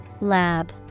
Lab